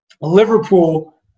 Liverpool